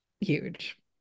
huge